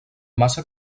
massa